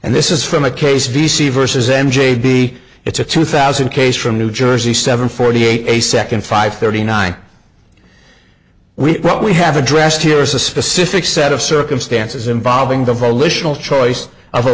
and this is from a case d c vs m j be it's a two thousand case from new jersey seven forty eight a second five thirty nine we have addressed here is a specific set of circumstances involving the volitional choice of a